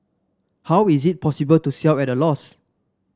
how is it possible to sell at a loss